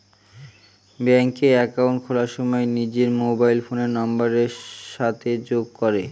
ব্যাঙ্কে একাউন্ট খোলার সময় নিজের মোবাইল ফোনের নাম্বারের সাথে যোগ করে